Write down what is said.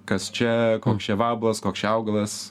kas čia koks čia vabalas koks čia augalas